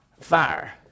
fire